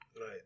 Right